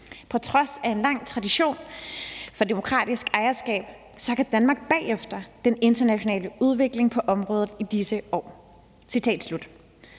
På trods af en lang tradition for demokratisk ejerskab, sakker Danmark bagefter den internationale udvikling på området i disse år.«